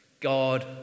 God